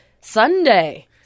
Sunday